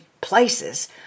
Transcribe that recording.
places